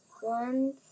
One